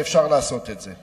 ואפשר לעשות את זה.